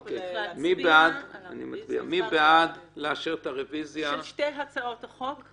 מי בעד לאשר את הרביזיה של שתי הצעות החוק?